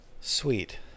sweet